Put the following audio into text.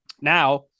now